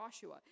Joshua